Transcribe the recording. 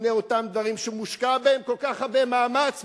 בפני אותם דברים שמושקע בהם כל כך הרבה מאמץ.